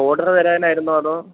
order തരാനായിരുന്നോ അതോ